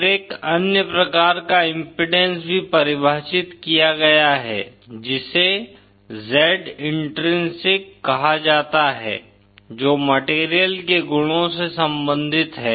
फिर एक अन्य प्रकार का इम्पीडेन्स भी परिभाषित किया गया है जिसे Z इन्ट्रिंसिक कहा जाता है जो मटेरियल के गुणों से संबंधित है